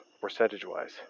percentage-wise